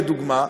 לדוגמה,